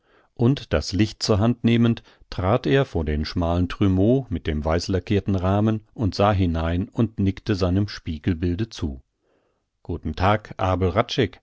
und das licht zur hand nehmend trat er vor den schmalen trumeau mit dem weißlackirten rahmen und sah hinein und nickte seinem spiegelbilde zu guten tag abel